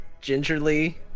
gingerly-